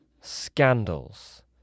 scandals